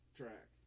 track